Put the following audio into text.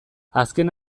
azken